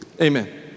Amen